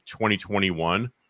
2021